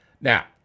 Now